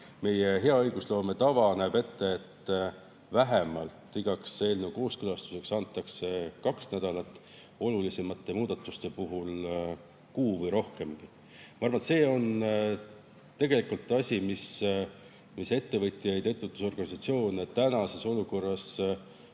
olema. Hea õigusloome tava näeb ette, et igaks eelnõu kooskõlastuseks antakse vähemalt kaks nädalat, olulisemate muudatuste puhul kuu või rohkemgi. Ma arvan, et see on tegelikult asi, mis ettevõtjaid ja ettevõtlusorganisatsioone tänases olukorras